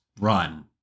run